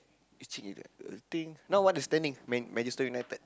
itching already right thing now what the standing man~ Manchester-United